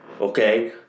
okay